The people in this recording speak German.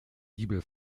giebel